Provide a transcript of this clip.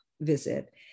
visit